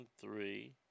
three